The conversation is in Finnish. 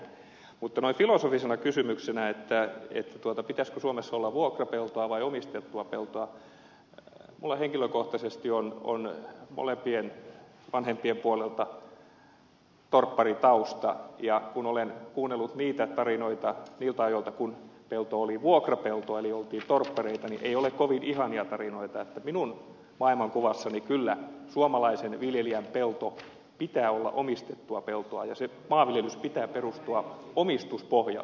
mutta noin filosofisena kysymyksenä pitäisikö suomessa olla vuokrapeltoa vai omistettua peltoa minulla henkilökohtaisesti on molempien vanhempien puolelta torpparitausta ja kun olen kuunnellut niitä tarinoita niiltä ajoilta kun pelto oli vuokrapeltoa eli oltiin torppareita niin ei ole kovin ihania tarinoita joten minun maailmankuvassani kyllä suomalaisen viljelijän pellon pitää olla omistettua peltoa ja sen maanviljelyksen pitää perustua omistuspohjalle